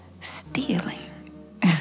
stealing